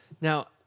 Now